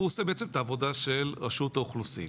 הוא עושה בעצם את העבודה של רשות האוכלוסין.